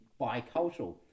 bicultural